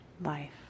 life